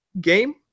game